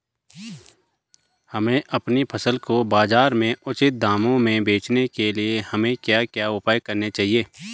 हमें अपनी फसल को बाज़ार में उचित दामों में बेचने के लिए हमें क्या क्या उपाय करने चाहिए?